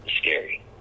scary